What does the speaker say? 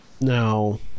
Now